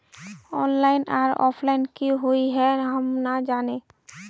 Online आर offline की हुई है हम ना जाने?